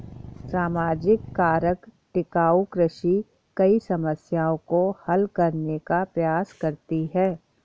सामाजिक कारक टिकाऊ कृषि कई समस्याओं को हल करने का प्रयास करती है